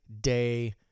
day